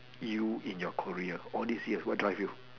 you in your career all this yes what drive you